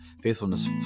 faithfulness